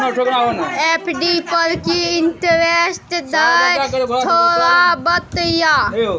FD पर की interest छय थोरा बतईयो?